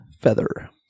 feather